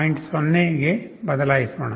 7 ಕ್ಕೆ ಬದಲಾಯಿಸೋಣ